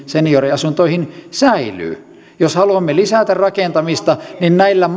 senioriasuntoihin säilyvät jos haluamme lisätä rakentamista niin näillä